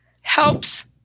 helps